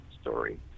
story